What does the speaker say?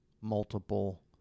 multiple